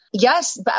Yes